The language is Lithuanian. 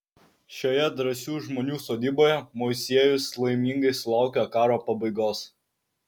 šioje drąsių žmonių sodyboje moisiejus laimingai sulaukė karo pabaigos